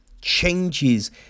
Changes